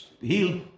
heal